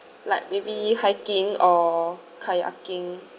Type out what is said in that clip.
like maybe hiking or kayaking